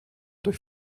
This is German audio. durch